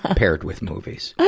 ah paired with movies.